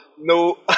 no